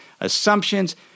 assumptions